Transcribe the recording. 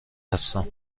هستم